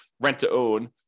rent-to-own